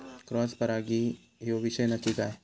Cross परागी ह्यो विषय नक्की काय?